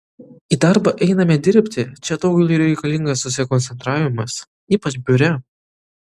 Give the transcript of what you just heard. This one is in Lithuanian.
į darbą einame dirbti čia daugeliui reikalingas susikoncentravimas ypač biure